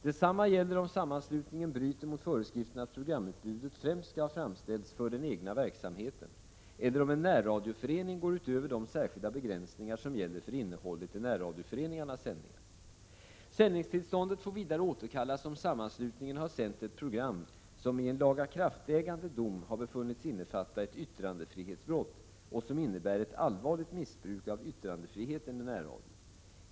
Detsamma gäller om sammanslutningen bryter mot föreskriften att programutbudet främst skall ha framställts för den egna verksamheten, eller om en närradioförening går utöver de särskilda begränsningar som gäller för innehållet i närradioföreningarnas sändningar. Sändningstillståndet får vidare återkallas om sammanslutningen har sänt ett program som i en lagakraftägande dom har befunnits innefatta ett yttrandefrihetsbrott och som innebär ett allvarligt missbruk av yttrandefriheten i närradio.